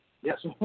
Yes